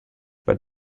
but